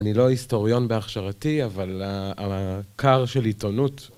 אני לא היסטוריון בהכשרתי, אבל על הכר של עיתונות.